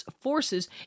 Forces